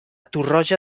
torroja